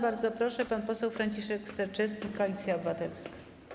Bardzo proszę, pan poseł Franciszek Sterczewski, Koalicja Obywatelska.